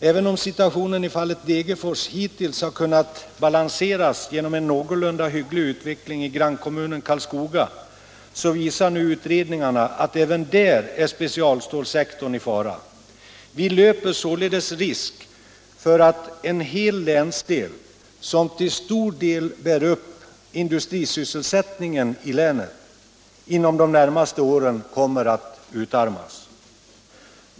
Även om situationen i fallet Degerfors hittills har kunnat balanseras genom en någorlunda hygglig utveckling i grannkommunen Karlskoga så visar nu utredningarna att även där är specialstålsektorn i fara. Vi löper således stor risk för att en hel länsdel, som till stor del bär upp industrisysselsättningen i länet, inom de närmaste åren kommer att utarmas.